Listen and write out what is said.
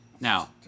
Now